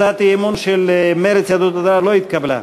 הצעת האי-אמון של מרצ, יהדות התורה לא התקבלה.